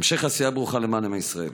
המשך עשייה ברוכה למען עם ישראל.